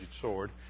sword